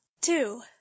two